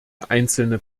einzelne